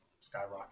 skyrocket